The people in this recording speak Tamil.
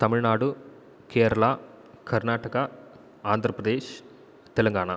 தமிழ்நாடு கேரளா கர்நாடகா ஆந்திரபிரதேஷ் தெலுங்கானா